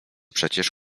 przecież